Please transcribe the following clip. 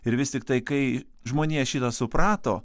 ir vis tiktai kai žmonija šį tą suprato